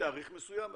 מתאריך מסוים,